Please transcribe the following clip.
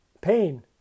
Pain